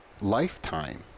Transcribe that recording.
lifetime